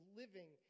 living